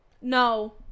no